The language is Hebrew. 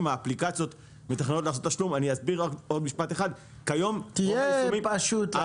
האפליקציות מתכננות לעשות תשלום אני אסביר עוד משפט אחד -- תהיה פשוט.